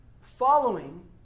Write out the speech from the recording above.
following